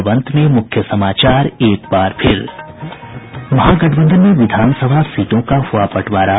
और अब अंत में मुख्य समाचार एक बार फिर महागठबंधन में विधानसभा सीटों का हुआ बंटवारा